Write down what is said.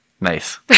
Nice